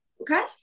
okay